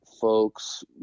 folks